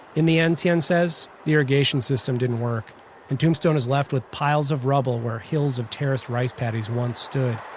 in the end, tian says, the irrigation system didn't work and tombstone was left with piles of rubble where hills of terraced rice paddies once stood.